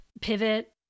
pivot